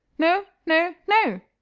no, no, no!